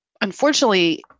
Unfortunately